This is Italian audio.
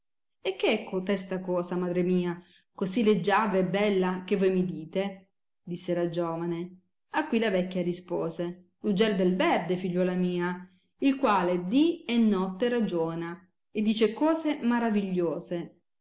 e che è cotesta cosa madre mia così leggiadra e bella che voi mi dite disse la giovane a cui la vecchia rispose l ugel bel verde figliuola mia il quale dì e notte ragiona e dice cose maravigliose